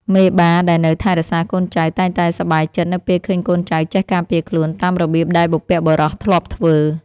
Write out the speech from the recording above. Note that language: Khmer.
មេបាដែលនៅថែរក្សាកូនចៅតែងតែសប្បាយចិត្តនៅពេលឃើញកូនចៅចេះការពារខ្លួនតាមរបៀបដែលបុព្វបុរសធ្លាប់ធ្វើ។